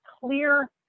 clear